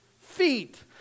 feet